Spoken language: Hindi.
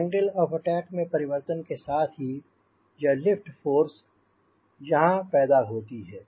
एंगल ऑफ़ अटैक में परिवर्तन के साथ ही यह लिफ्ट फोर्स यहांँ पैदा होती है